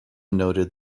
noted